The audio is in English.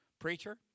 Preacher